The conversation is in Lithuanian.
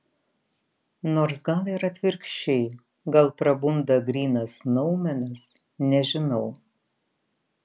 nors gal ir atvirkščiai gal prabunda grynas noumenas nežinau